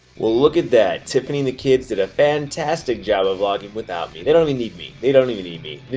well look at that, tiffany and the kids did a fantastic job of ah vlogging without me. they don't i mean need me, they don't even need me.